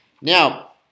Now